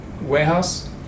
warehouse